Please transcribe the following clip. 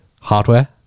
Hardware